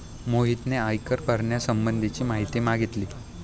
मोहितने आयकर भरण्यासंबंधीची माहिती मागितली